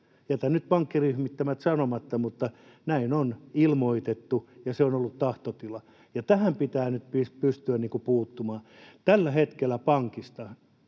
Jätän nyt pankkiryhmittymät sanomatta, mutta näin on ilmoitettu, ja se on ollut tahtotila, ja tähän pitää nyt pystyä puuttumaan. Tällä hetkellä pankista